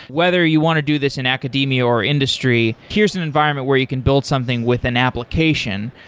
whether you want to do this in academia or industry, here's an environment where you can build something with an application.